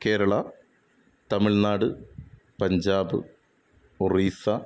Kerala Tamil Nadu Punjab Orissa